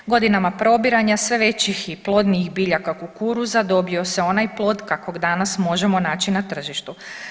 Godinama probiranja sve većih i plodnih biljaka kukuruza dobio se onaj plod kakvog danas možemo naći na tržištu.